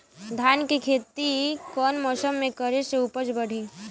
धान के खेती कौन मौसम में करे से उपज बढ़ी?